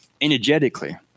energetically